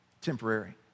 temporary